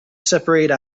separate